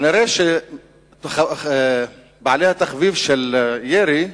כנראה בעלי התחביב של הירי,